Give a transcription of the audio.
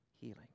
healing